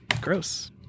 Gross